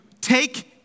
take